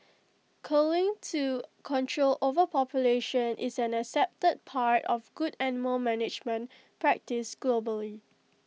culling to control overpopulation is an accepted part of good animal management practice globally